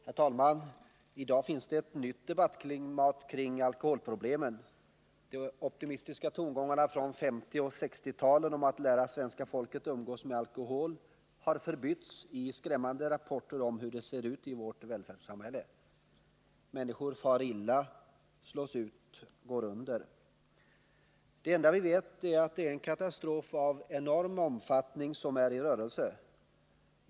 Herr talman! I dag finns det ett nytt debattklimat kring alkoholproblemen. De optimistiska tongångarna från 1950 och 1960-talen om att lära svenska folket umgås med alkoholen har förbytts i skrämmande rapporter om hur det ser ut i vårt välfärdssamhälle. Människor far illa, slås ut, går under. Det enda vi vet är att det är en katastrof av en enorm omfattning som är på väg.